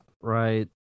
Right